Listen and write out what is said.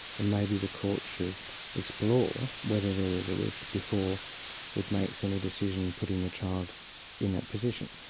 and maybe the court should explore whether there is a risk before it makes any decision putting the child in that position.